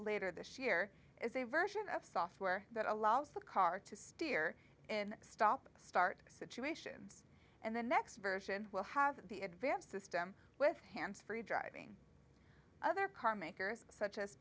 later this year as a version of software that allows the car to steer in stop start situations and the next version will have the advanced system with hands free driving other car makers such as